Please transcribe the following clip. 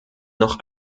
noch